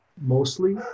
mostly